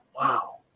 wow